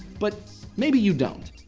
but maybe you don't.